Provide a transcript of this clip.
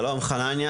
שלום, חנניה.